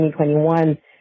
2021